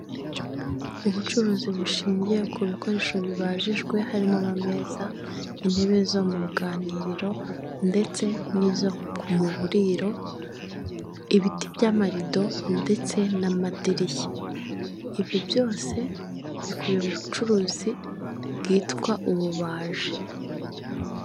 Inoti z'amafaranga ya rimwe y'Amashinwa hariho isura y'umuntu n'amagambo yo mu gishinwa n'imibare isanzwe.